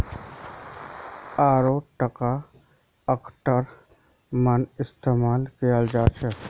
अरारोटका आटार मन इस्तमाल कियाल जाछेक